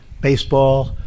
baseball